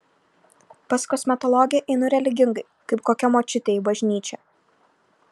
pas kosmetologę einu religingai kaip kokia močiutė į bažnyčią